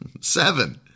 Seven